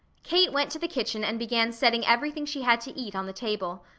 kate went to the kitchen and began setting everything she had to eat on the table.